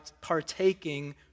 partaking